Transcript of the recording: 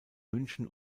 münchen